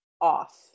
off